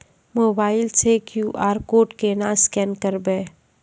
Mobile से QR code केना scan करबै?